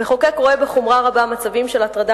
המחוקק רואה בחומרה רבה מצבים של הטרדה